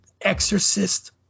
Exorcist